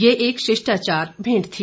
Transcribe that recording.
ये एक शिष्टाचार भेंट थी